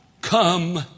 come